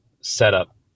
setup